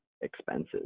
expenses